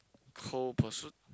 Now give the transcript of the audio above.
Cold Pursuit